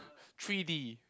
three D